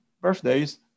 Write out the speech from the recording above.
birthdays